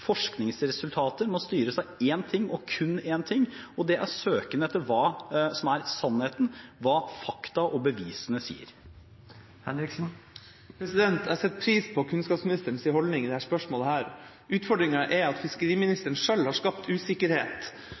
Forskningsresultater må styres av én ting, og kun én ting, og det er søken etter hva som er sannheten, hva fakta og bevisene sier. Jeg setter pris på kunnskapsministerens holdning i dette spørsmålet. Utfordringa er at fiskeriministeren selv har skapt usikkerhet.